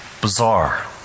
bizarre